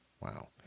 Wow